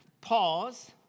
Pause